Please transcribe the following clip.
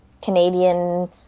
Canadian